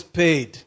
paid